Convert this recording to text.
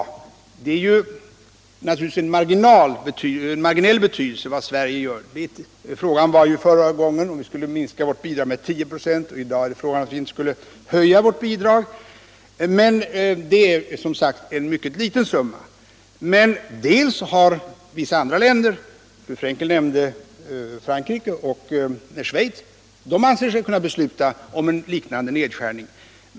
Det är naturligtvis av marginell betydelse vad Sverige gör. Förra gången frågan var uppe gällde det om vi skulle minska vårt bidrag med 10 96, i dag gäller frågan att inte höja vårt bidrag. Det rör sig om en förhållandevis liten summa. Fru Frenkel nämnde vad Frankrike och Schweiz gjort. Där anser man sig kunna besluta om en Jiknande nedskärning.